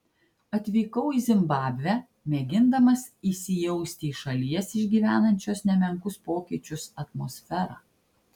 atvykau į zimbabvę mėgindamas įsijausti į šalies išgyvenančios nemenkus pokyčius atmosferą